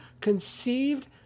conceived